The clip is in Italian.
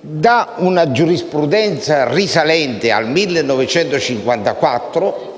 Da una giurisprudenza risalente al 1954